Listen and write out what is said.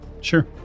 Sure